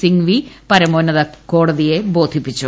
സിങ്വി പരമോന്നത കോടതിയെ ബോധിപ്പിച്ചു